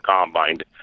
combined